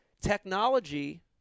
technology